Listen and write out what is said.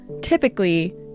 typically